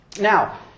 Now